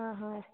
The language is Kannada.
ಹಾಂ ಹಾಂ